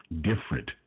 different